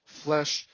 flesh